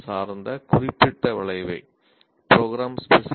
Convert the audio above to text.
G